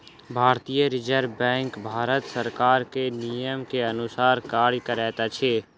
भारतीय reserve bank Bharat सरकार के नियम के अनुसार कार्य करैत अछि